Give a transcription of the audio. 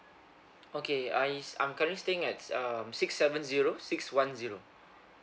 okay I is I'm calling staying at um six seven zero six one zero